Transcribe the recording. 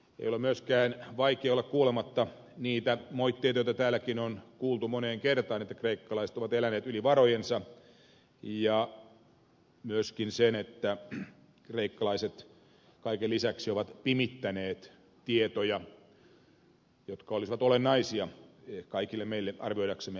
ei ole myöskään vaikea olla kuulematta niitä moitteita joita täälläkin on kuultu moneen kertaan että kreikkalaiset ovat eläneet yli varojensa ei myöskään sitä että kreikkalaiset kaiken lisäksi ovat pimittäneet tietoja jotka olisivat olennaisia kaikille meille arvioidaksemme maan tilaa